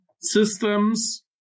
systems